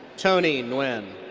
tony nguyen.